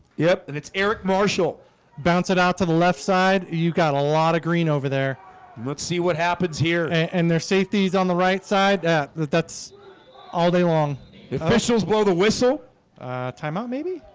yep, and it's eric marshall bounce it out to the left side you've got a lot of green over there let's see what happens here and their safeties on the right side that that that's all day long the officials blow the whistle timeout maybe